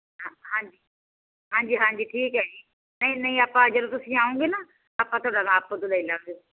ਹਾਂਜੀ ਹਾਂਜੀ ਹਾਂਜੀ ਠੀਕ ਹੈ ਜੀ ਨਹੀਂ ਆਪਾਂ ਜਦੋਂ ਤੁਸੀਂ ਆਓਗੇ ਨਾ ਆਪਾਂ ਤੁਹਾਡਾ ਨਾਪ ਉਦੋਂ ਲੈ ਲਵਾਂਗੇ